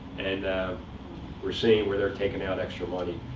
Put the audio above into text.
and we're seeing where they're taking out extra money.